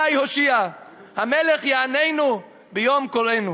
ה' הושיעה המלך יעננו ביום קראנו".